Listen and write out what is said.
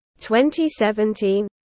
2017